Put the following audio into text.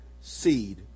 seed